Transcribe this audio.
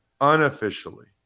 Unofficially